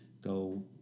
go